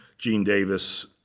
gene davis,